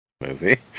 movie